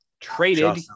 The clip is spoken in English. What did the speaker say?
traded